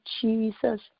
Jesus